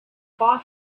far